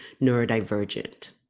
neurodivergent